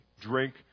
drink